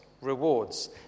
rewards